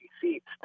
seats